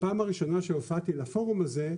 בפעם הראשונה שהופעתי לפורום הזה,